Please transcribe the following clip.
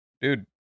Dude